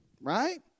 Right